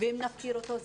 ואם נפקיר אותו,